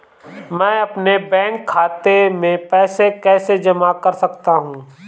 मैं अपने बैंक खाते में पैसे कैसे जमा कर सकता हूँ?